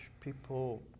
people